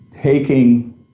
taking